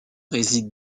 réside